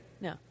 No